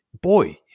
Boy